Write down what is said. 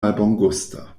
malbongusta